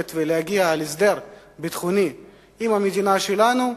ולהגיע להסדר ביטחוני עם המדינה שלנו,